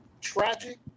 Tragic